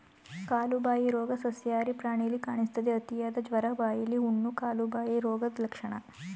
ಕಾಲುಬಾಯಿ ರೋಗ ಸಸ್ಯಾಹಾರಿ ಪ್ರಾಣಿಲಿ ಕಾಣಿಸ್ತದೆ, ಅತಿಯಾದ ಜ್ವರ, ಬಾಯಿಲಿ ಹುಣ್ಣು, ಕಾಲುಬಾಯಿ ರೋಗದ್ ಲಕ್ಷಣ